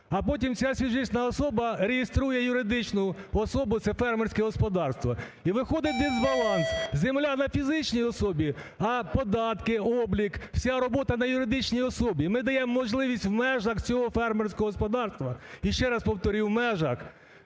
а потім ця фізична особа реєструє юридичну особу, це фермерське господарство. І виходить дисбаланс, земля на фізичній особі, а податки, облік, вся робота на юридичній особі. І ми даємо можливість в межах цього фермерського господарства, ще раз повторюю, в межах